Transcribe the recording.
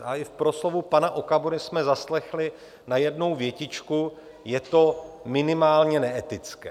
A i v proslovu pana Okamury jsme zaslechli najednou větičku: je to minimálně neetické.